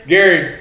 Gary